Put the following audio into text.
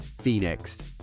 PHOENIX